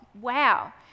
wow